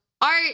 art